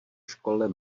škole